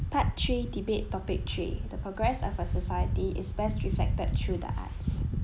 part three debate topic three the progress of a society is best reflected through the arts